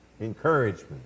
encouragement